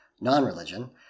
non-religion